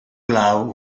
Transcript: glaw